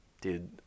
dude